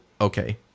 okay